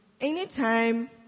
Anytime